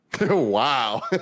Wow